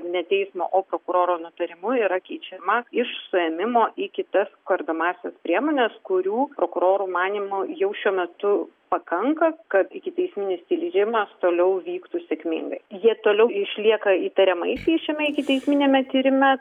ne teismo o prokuroro nutarimu yra keičiama iš suėmimo į kitas kardomąsias priemones kurių prokurorų manymu jau šiuo metu pakanka kad ikiteisminis tyrimas toliau vyktų sėkmingai jie toliau išlieka įtariamaisiais šiame ikiteisminiame tyrime